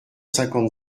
cinquante